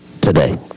today